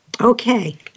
Okay